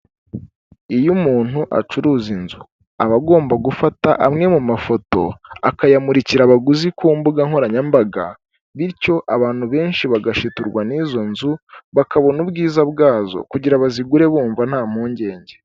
Iyo umuntu acuruza inzu, aba agomba gufata amwe mu mafoto akayamurikira abaguzi ku mbuga nkoranyambaga, bityo abantu benshi bagashiturwa n'izo nzu, bakabona ubwiza bwazo, kugira bazigure bumva nta mpungenge.